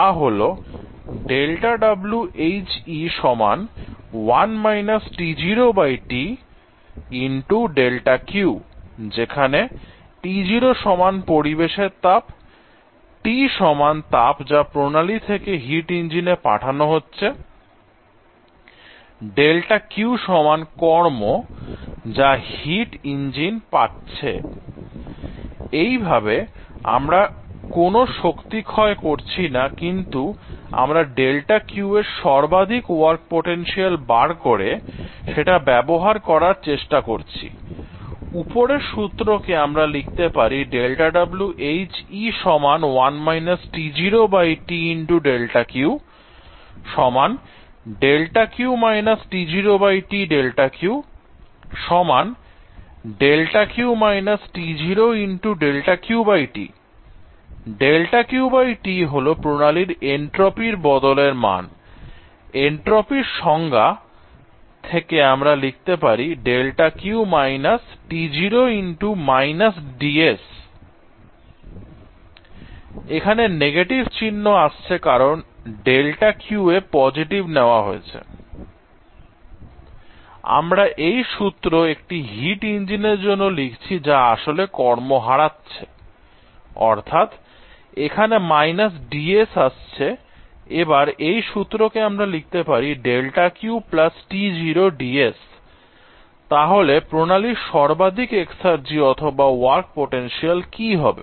তা হল যেখানে T0 সমান পরিবেশের তাপ T সমান তাপ যা প্রণালী থেকে হিট ইঞ্জিনে পাঠানো হচ্ছে δQ কর্ম যা হিট ইঞ্জিন পাচ্ছে এইভাবে আমরা কোন শক্তি ক্ষয় করছি না কিন্তু আমরা δQ এর সর্বাধিক ওয়ার্ক পোটেনশিয়াল বার করে সেটা ব্যবহার করার চেষ্টা করছি উপরের সূত্র কে আমরা লিখতে পারি δQT হল প্রণালীর এনট্রপির বদল এর মান I এনট্রপির সংজ্ঞা থেকে আমরা লিখতে পারি δQ - T0 - dS এখানে নেগেটিভ চিহ্ন আসছে কারণ δQ এ পজেটিভ নেওয়া হয়েছে আমরা এই সূত্র একটি হিট ইঞ্জিন এর জন্য লিখছি যা আসলে কর্ম হারাচ্ছে I অর্থাৎ এখানে dS আসছে এবার এই সূত্র কে আমরা লিখতে পারি δQ T0 dS তাহলে প্রণালীর সর্বাধিক এক্সার্জি অথবা ওয়ার্ক পোটেনশিয়াল কি হবে